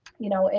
you know,